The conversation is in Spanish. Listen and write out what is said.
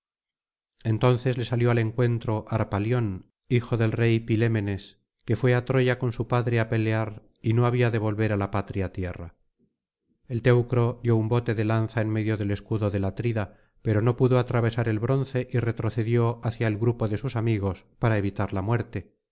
entonces le salió al encuentro harpalión hijo del rey pilémenesy que fué á troya con su padre á pelear y no había de volver á la patria tierra el teucro dio un bote de lanza en medio del escudo del atrida pero no pudo atravesar el bronce y retrocedió hacia el grupo de sus amigos para evitar la muerte